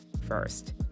first